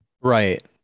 Right